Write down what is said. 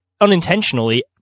unintentionally